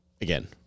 again